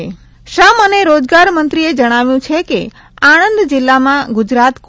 આણંદ રોજગારી શ્રમ અને રોજગારમંત્રીએ જણાવ્યું છે કે આણંદ જિલ્લામાં ગુજરાત કો